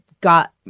got